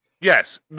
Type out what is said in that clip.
Yes